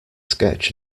sketch